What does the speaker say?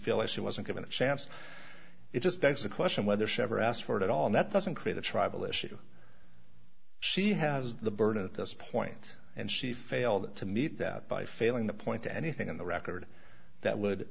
feels she wasn't given a chance it just begs the question whether she ever asked for it at all and that doesn't create a trival issue she has the burden at this point and she failed to meet that by failing to point to anything in the record that would